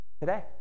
Today